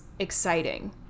exciting